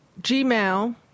Gmail